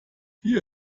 hier